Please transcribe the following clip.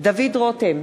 דוד רותם,